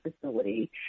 facility